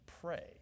pray